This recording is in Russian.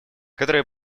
которые